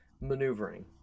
maneuvering